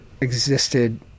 existed